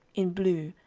in blue,